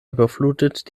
überflutet